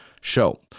show